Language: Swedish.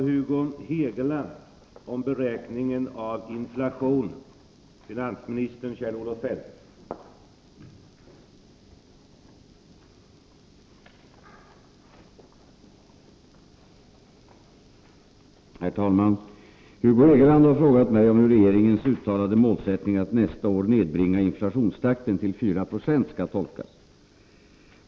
Hugo Hegeland har frågat mig om hur regeringens uttalade målsättning att nästa år nedbringa inflationstakten till 4 96 skall tolkas.